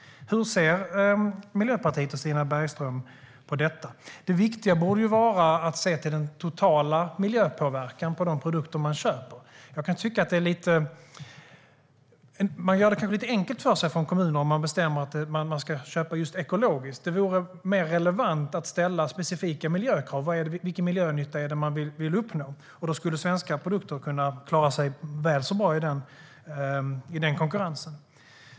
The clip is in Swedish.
Hur ser Miljöpartiet och Stina Bergström på detta? Det viktiga borde ju vara att se till den totala miljöpåverkan på de produkter man köper. Man gör det kanske lite enkelt för sig på kommunerna om man bestämmer att man ska köpa just ekologiskt. Det vore mer relevant att ställa specifika miljökrav utifrån vilken miljönytta man vill uppnå. Då skulle svenska produkter kunna klara sig väl så bra i den konkurrensen.